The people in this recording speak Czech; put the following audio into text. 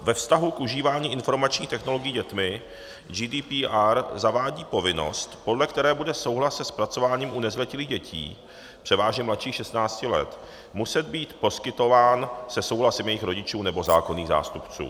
Ve vztahu k užívání informačních technologií dětmi GDPR zavádí povinnost, podle které bude souhlas se zpracováním u nezletilých dětí, převážně mladších 16 let, muset být poskytován se souhlasem jejich rodičů nebo zákonných zástupců.